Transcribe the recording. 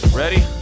ready